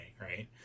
right